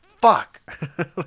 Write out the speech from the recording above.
fuck